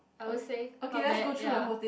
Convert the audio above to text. I would say not bad ya